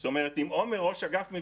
נושא ראשון,